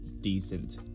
decent